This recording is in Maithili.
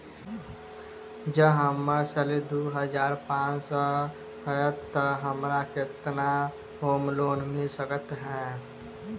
जँ हम्मर सैलरी दु हजार पांच सै हएत तऽ हमरा केतना होम लोन मिल सकै है?